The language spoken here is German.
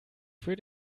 für